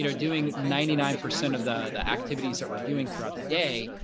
you know doing ninety nine percent of the the activities that we're doing throughout the day,